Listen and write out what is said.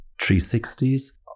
360s